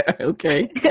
Okay